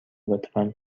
لطفا